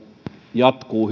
jatkuu